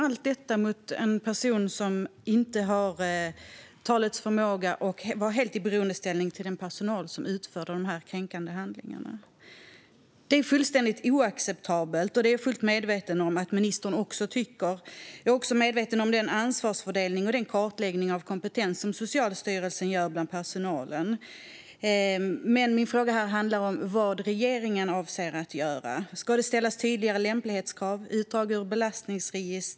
Allt detta skedde mot en person som inte har talets förmåga och som var i total beroendeställning till den personal som utförde de här kränkande handlingarna. Det här är fullständigt oacceptabelt, och jag är fullt medveten om att även ministern tycker så. Jag är också medveten om ansvarsfördelningen och den kartläggning av kompetens som Socialstyrelsen gör bland personalen. Men min fråga handlar om vad regeringen avser att göra. Ska det ställas tydligare lämplighetskrav eller göras utdrag ur belastningsregister?